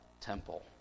temple